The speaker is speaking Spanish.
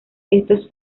estos